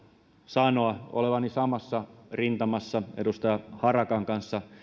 sanoa olevani samassa rintamassa edustaja harakan kanssa